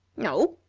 no,